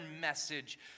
message